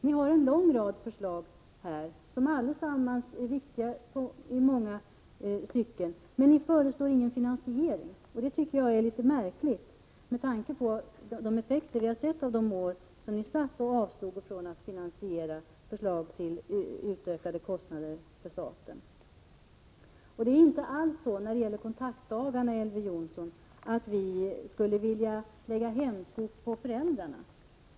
Ni har en lång rad förslag, som allesammans i många stycken är viktiga. Men ni föreslår ingen finansiering. Det tycker jag är litet märkligt med tanke på effekterna av att ni under de år ni satt i regeringen avstod från att finansiera det ni genomförde. När det gäller kontaktdagarna är det inte alls så, Elver Jonsson, att vi skulle vilja lägga hämsko på föräldrarna.